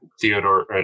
Theodore